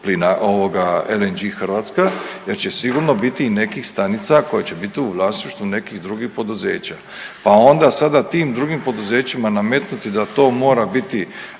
plina, ovoga LNG Hrvatska jer će sigurno biti i nekih stanica koje će biti u vlasništvu nekih drugih poduzeća pa onda sada tim drugim poduzećima nametnuti da to mora biti